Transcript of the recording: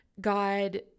God